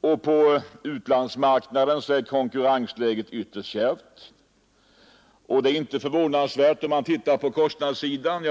och på utlandsmarknaden är konkurrensläget ytterst kärvt. Och det är inte förvånansvärt, det ser man om man betraktar kostnadssidan.